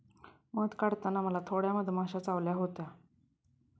मध काढताना मला थोड्या मधमाश्या चावल्या होत्या